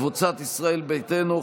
קבוצת סיעת ישראל ביתנו,